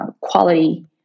quality